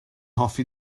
hoffi